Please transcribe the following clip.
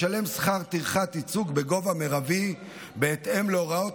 ישלם שכר טרחת ייצוג בגובה מרבי בהתאם להוראות